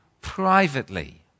privately